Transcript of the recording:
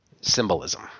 symbolism